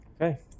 Okay